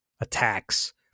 attacks